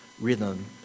rhythm